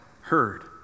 heard